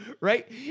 right